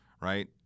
right